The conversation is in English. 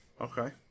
okay